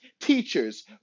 teachers